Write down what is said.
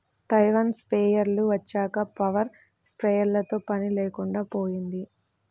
Taiwan స్ప్రేయర్లు వచ్చాక power స్ప్రేయర్లతో పని లేకుండా పోయింది